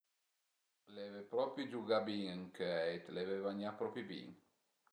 L'eve propi giugà bin ëncöi, l'eve vagnà propi bin